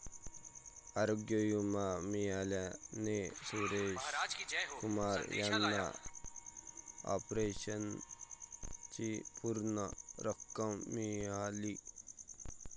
आरोग्य विमा मिळाल्याने सुरेश कुमार यांना ऑपरेशनची पूर्ण रक्कम मिळाली